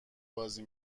بازی